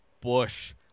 Bush